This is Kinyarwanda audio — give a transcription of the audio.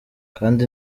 kandi